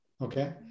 okay